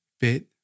bit